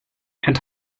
and